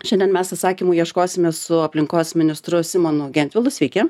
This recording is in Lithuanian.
šiandien mes atsakymų ieškosime su aplinkos ministru simono gentvilo sveiki